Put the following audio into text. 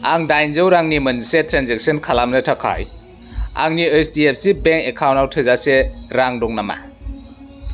आं दाइनजौ रांनि मोनसे ट्रेनजेक्सन खालामनो थाखाय आंनि I D F C bank एकाउन्टाव थोजासे रां दं नामा